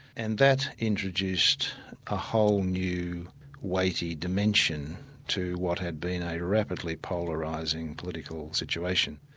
and that introduced a whole new weighty dimension to what had been a rapidly polarising political situation.